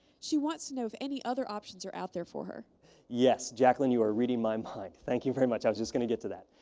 she wants to know if any other options are out there for her. mark yes, jacqueline. you are reading my mind. thank you very much. i was just going to get to that.